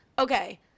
Okay